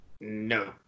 No